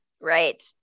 Right